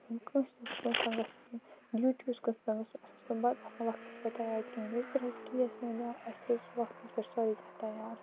کٲنٛسہِ اوس کُن آسان گَژھُن ڈیوٗٹی اوس اَسہِ اوس نہٕ بتہٕ آسان وقتس پٮ۪ٹھ تیار کِہیٖنۍ ییٚلہِ اَسہِ گیس اَسہِ اوس وقتس پٮ۪ٹھ سورٕے کیٚنٛہہ تیار